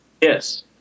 Yes